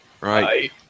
Right